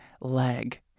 leg